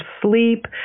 sleep